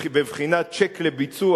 בבחינת צ'ק לביצוע,